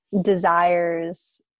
desires